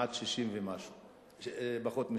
מעט פחות מ-60%.